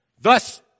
thus